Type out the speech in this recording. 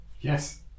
Yes